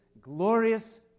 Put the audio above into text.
glorious